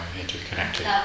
interconnected